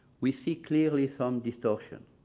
we see clearly some distortion.